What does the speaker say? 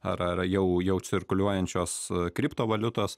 ar ar jau jau cirkuliuojančios kriptovaliutos